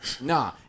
Nah